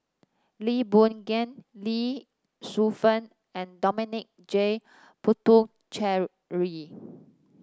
Lee Boon Ngan Lee Shu Fen and Dominic J Puthucheary